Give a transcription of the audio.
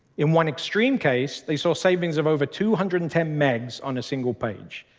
in one extreme case, they saw savings of over two hundred and ten megs on a single page,